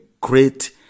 great